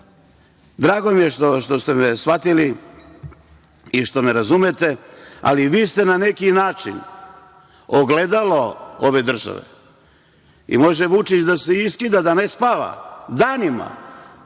mi je što ste me shvatili i što me razumete, ali vi ste na neki način ogledalo ove države. Može Vučić da se iskida, da ne spava danima,